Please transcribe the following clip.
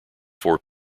four